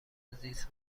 زیست